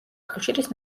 კავშირის